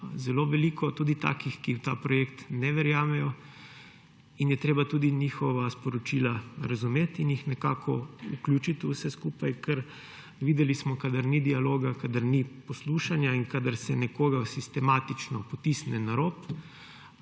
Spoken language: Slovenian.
zelo veliko, tudi takih, ki v ta projekt ne verjamejo, in je treba tudi njihova sporočila razumeti in jih nekako vključiti v vse skupaj, ker smo videli, kaj vse sledi, kadar ni dialoga, kadar ni poslušanja in kadar se nekoga sistematično potisne na rob.